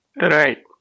Right